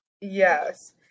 Yes